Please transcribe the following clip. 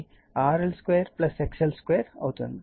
కాబట్టి ఇది RL2 XL2 అవుతుంది